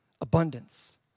abundance